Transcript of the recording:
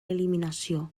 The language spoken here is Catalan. eliminació